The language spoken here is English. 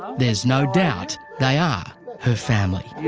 there's no doubt they are her family.